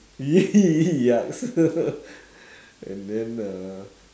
!ee! yucks and then uh